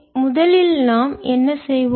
எனவே முதலில் நாம் என்ன செய்வோம்